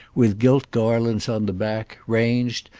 with gilt garlands on the back, ranged,